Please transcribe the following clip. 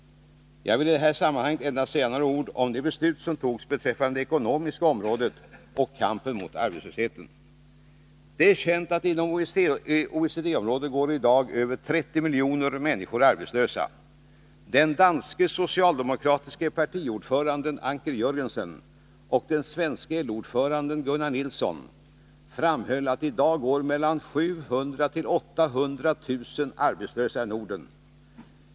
Jag vill i detta sammanhang endast säga några ord om de beslut som fattades beträffande det ekonomiska området och kampen mot arbetslösheten. Det är känt att inom OECD-området går i dag över 30 miljoner människor arbetslösa. Den danske socialdemokratiske partiordföranden Anker Jörgensen och den svenske LO-ordföranden Gunnar Nilsson framhöll att i dag går 700 000-800 000 arbetslösa i Norden.